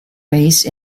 raised